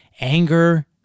anger